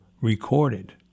recorded